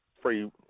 free